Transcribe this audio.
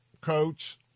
coach